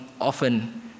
often